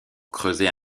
creuser